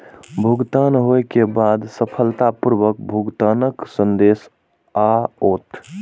भुगतान होइ के बाद सफलतापूर्वक भुगतानक संदेश आओत